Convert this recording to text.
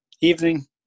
evening